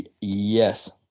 Yes